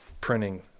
printing